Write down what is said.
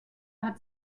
hat